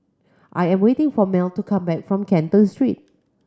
I am waiting for Mel to come back from Canton Street